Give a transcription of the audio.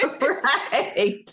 Right